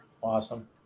Awesome